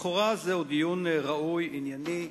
לכאורה זהו דיון ראוי, ענייני,